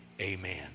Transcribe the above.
amen